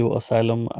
asylum